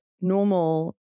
normal